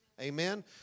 amen